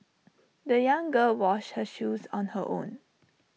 the young girl washed her shoes on her own